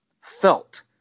felt